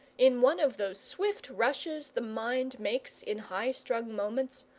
in one of those swift rushes the mind makes in high-strung moments,